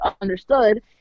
understood